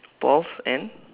paul's and